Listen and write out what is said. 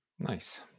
Nice